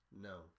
No